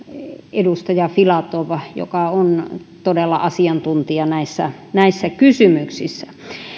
edustaja filatov joka on todella asiantuntija näissä näissä kysymyksissä